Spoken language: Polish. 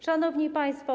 Szanowni Państwo!